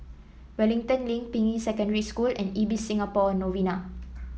Wellington Link Ping Yi Secondary School and Ibis Singapore Novena